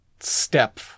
Step